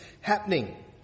happening